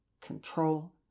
control